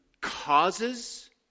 causes